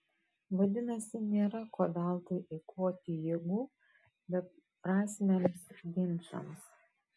vadinasi nėra ko veltui eikvoti jėgų beprasmiams ginčams